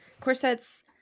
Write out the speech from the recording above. Corsets